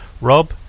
ROB